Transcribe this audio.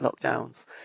lockdowns